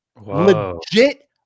legit